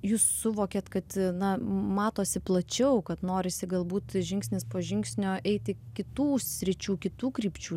jūs suvokėt kad na matosi plačiau kad norisi galbūt žingsnis po žingsnio eiti kitų sričių kitų krypčių